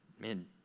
man